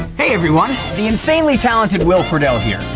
hey everyone, the insanely talented will friedle here.